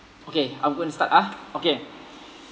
okay I'm going to start ah okay